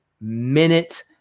minute